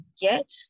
get